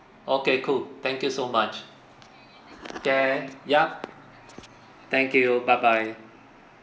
okay cool thank you so much okay yup thank you bye bye